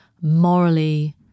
morally